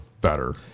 better